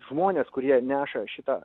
žmonės kurie neša šitą